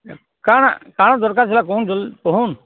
କା'ଣା କା'ଣା ଦର୍କାର୍ ଥିଲା କହୁନ୍ ଜଲ୍ଦି କହୁନ୍